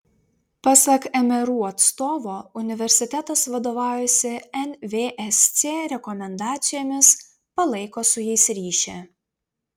pasak mru atstovo universitetas vadovaujasi nvsc rekomendacijomis palaiko su jais ryšį